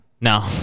No